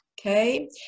okay